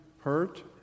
hurt